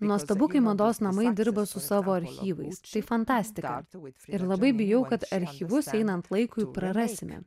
nuostabu kai mados namai dirba su savo archyvais tai fantastika ir labai bijau kad archyvus einant laikui prarasime